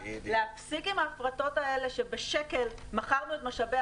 להפסיק עם ההפרטות האלה שבשקל מכרנו את משאבי